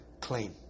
clean